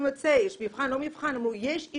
לצאת כי יש מבחן והם אמרו שיש להם